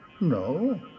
No